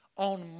on